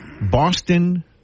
Boston